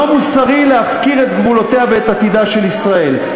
לא מוסרי להפקיר את גבולותיה ואת עתידה של ישראל.